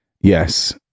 Yes